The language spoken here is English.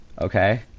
Okay